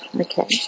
Okay